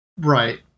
Right